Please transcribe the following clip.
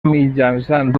mitjançant